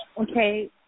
okay